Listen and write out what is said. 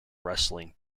wrestling